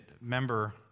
member